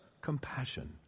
compassion